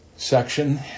section